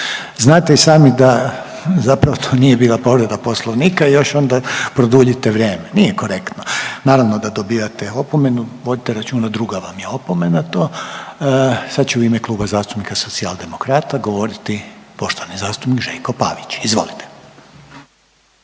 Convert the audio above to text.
znate i sami da zapravo to nije bila povreda Poslovnika i još onda produljite vrijeme, nije korektno. Naravno da dobijate opomenu, vodite računa druga vam je opomena to. Sad će u ime Kluba zastupnika Socijaldemokrata govoriti poštovani zastupnik Željko Pavić. Izvolite.